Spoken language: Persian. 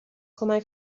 کمک